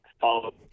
follow